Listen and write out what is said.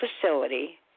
facility